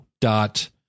Dot